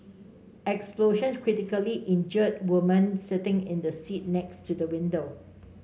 explosion critically injured woman sitting in the seat next to the window